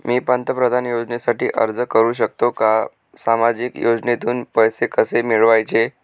मी पंतप्रधान योजनेसाठी अर्ज करु शकतो का? सामाजिक योजनेतून पैसे कसे मिळवायचे